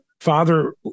father